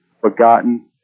forgotten